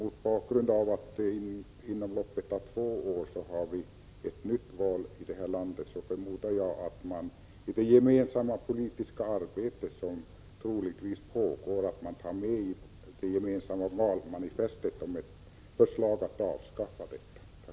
Mot bakgrund av att vi inom loppet av två år har ett nytt val här i landet förmodar jag att det gemensamma politiska samarbete som troligtvis pågår också gäller ett gemensamt valmanifest om ett avskaffande på den här punkten.